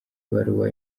ibaruwa